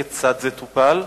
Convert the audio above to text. כיצד זה טופל?